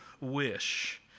wish